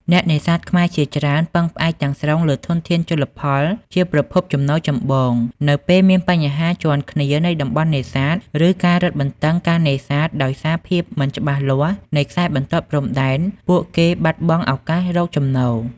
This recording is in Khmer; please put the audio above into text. អ្នកនេសាទខ្មែរជាច្រើនពឹងផ្អែកទាំងស្រុងលើធនធានជលផលជាប្រភពចំណូលចម្បង នៅពេលមានបញ្ហាជាន់គ្នានៃតំបន់នេសាទ ឬការរឹតបន្តឹងការនេសាទដោយសារភាពមិនច្បាស់លាស់នៃខ្សែបន្ទាត់ព្រំដែន ពួកគេបាត់បង់ឱកាសរកចំណូល។